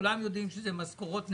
כולם יודעים שאלה משכורות נמוכות,